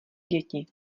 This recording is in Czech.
děti